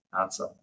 answer